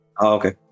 okay